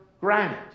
granite